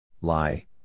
Lie